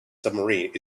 submarine